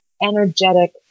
energetic